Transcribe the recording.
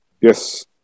Yes